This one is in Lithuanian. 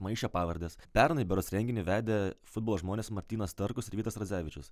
maišė pavardes pernai berods renginį vedė futbolo žmonės martynas starkus ir vytas radzevičius